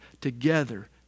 together